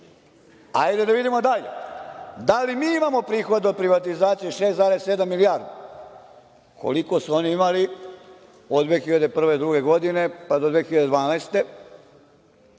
Hajde da vidimo dalje. Da li mi imamo prihode od privatizacije 6,7 milijardi, koliko su oni imali od 2001/2002. godine pa do 2012. godine?